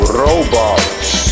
robots